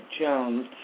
Jones